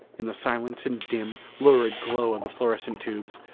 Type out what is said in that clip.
in the silence and dim, lurid glow of the fluorescent tubes,